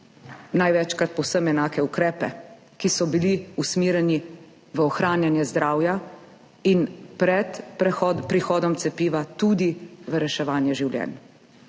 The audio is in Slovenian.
največkrat povsem enake ukrepe, ki so bili usmerjeni v ohranjanje zdravja in pred prihodom cepiva tudi v reševanje življenj.